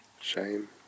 shame